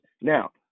Now